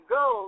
go